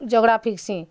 ଜଗଡ଼ା ଫିକସି